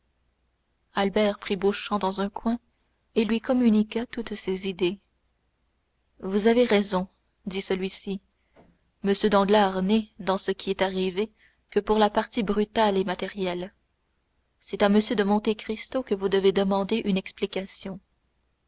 albert prit beauchamp dans un coin et lui communiqua toutes ses idées vous avez raison dit celui-ci m danglars n'est dans ce qui est arrivé que pour la partie brutale et matérielle c'est à m de monte cristo que vous devez demander une explication